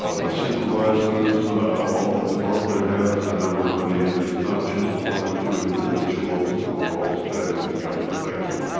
ah the supervisors all the department heads that everybody, it's not just one or two individuals, we're all standing together. thank you.